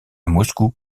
moscou